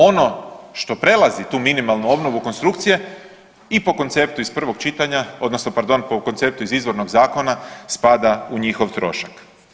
Ono što prelazi tu minimalnu obnovu konstrukcije i po konceptu iz prvog čitanja odnosno pardon, po konceptu iz izvornog zakona, spada u njihov trošak.